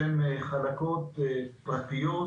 שהן חלקות פרטיות